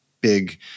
big